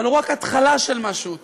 אבל הוא רק התחלה של משהו טוב.